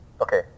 Okay